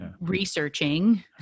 researching